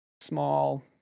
small